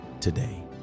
today